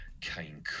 kane